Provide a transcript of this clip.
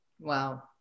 Wow